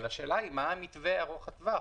אבל השאלה היא: מה המתווה ארוך הטווח?